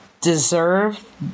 deserve